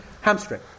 hamstring